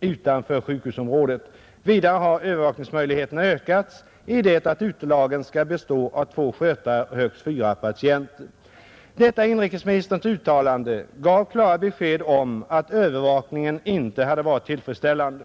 utanför sjukhusområdet. Vidare har övervakningsmöjligheterna ökats i det utelagen skall bestå av två skötare och högst fyra patienter.” Detta inrikesministerns uttalande gav klara besked om att övervakningen inte hade varit tillfredsställande.